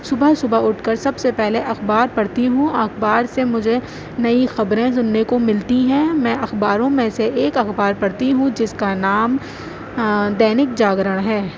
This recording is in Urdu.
صبح صبح اٹھ کر سب سے پہلے اخبار پڑھتی ہوں اخبار سے مجھے نئی خبریں سننے کو ملتی ہیں میں اخباروں میں سے ایک اخبار پڑھتی ہوں جس کا نام دینک جاگرن ہے